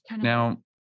now